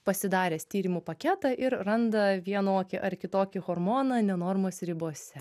pasidaręs tyrimų paketą ir randa vienokį ar kitokį hormoną ne normos ribose